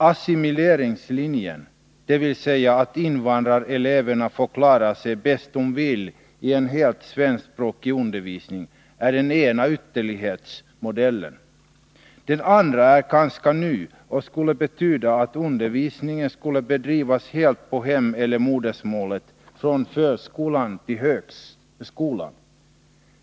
Assimileringslinjen, dvs. att invandrareleverna får klara sig bäst de vill i en helt svenskspråkig undervisning, är den ena ytterlighetsmodellen. Den andra är ganska ny, och den betyder att undervisning skulle bedrivas helt på hemspråket, eller modersmålet, från förskola till högskola.